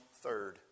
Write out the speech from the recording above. third